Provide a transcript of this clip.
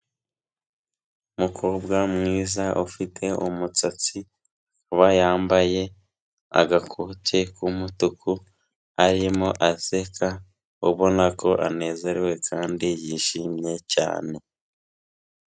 Umukobwa mwiza ufite umusatsi, akaba yambaye agakote k'umutuku, arimo aseka ubona ko anezerewe kandi yishimye cyane.